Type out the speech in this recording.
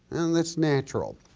and that's natural.